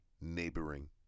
neighboring